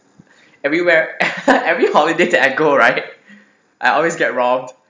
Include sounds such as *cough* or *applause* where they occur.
everywhere *laughs* every holiday that I go right I always get robbed